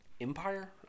Empire